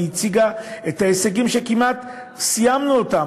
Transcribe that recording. והציגה את ההישגים שכמעט סיימנו להשיג.